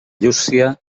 llúcia